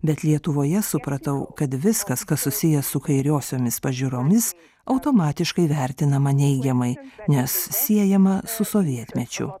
bet lietuvoje supratau kad viskas kas susiję su kairiosiomis pažiūromis automatiškai vertinama neigiamai nes siejama su sovietmečiu